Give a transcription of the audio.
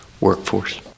workforce